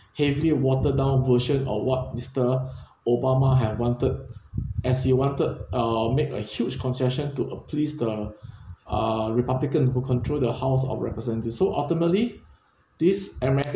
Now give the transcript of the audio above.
heavily watered down version of what mister obama had wanted as he wanted uh make a huge concession to appease the uh republican who control the house of representatives so ultimately this america